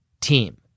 team